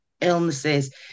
illnesses